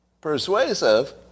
Persuasive